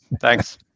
Thanks